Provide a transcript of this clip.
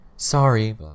Sorry